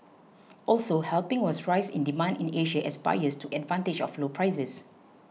also helping was a rise in demand in Asia as buyers took advantage of low prices